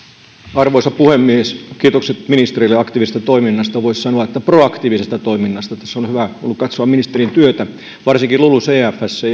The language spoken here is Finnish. arvoisa puhemies kiitokset ministerille aktiivisesta toiminnasta voisi sanoa että proaktiivisesta toiminnasta tässä on hyvä ollut katsoa ministerin työtä varsinkin lulucfssä